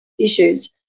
issues